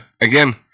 Again